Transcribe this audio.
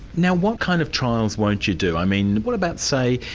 now what kind of trials won't you do? i mean what about, say,